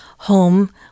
home